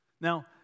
Now